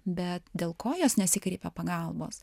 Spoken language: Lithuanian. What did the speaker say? bet dėl ko jos nesikreipia pagalbos